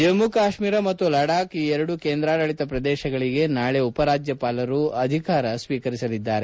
ಜಮ್ಮ ಕಾಶ್ಮೀರ ಮತ್ತು ಲಡಾಖ್ ಈ ಎರಡೂ ಕೇಂದ್ರಾಡಳಿತ ಪ್ರದೇಶಗಳಿಗೆ ನಾಳೆ ಉಪರಾಜ್ವಪಾಲರುಗಳು ಅಧಿಕಾರ ಸ್ವೀಕರಿಸಲಿದ್ದಾರೆ